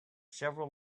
several